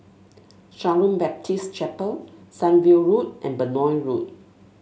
Shalom Baptist Chapel Sunview Road and Benoi Road